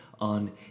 on